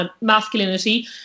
masculinity